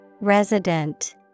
Resident